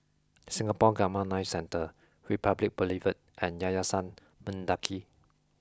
Singapore Gamma Knife Centre Republic Boulevard and Yayasan Mendaki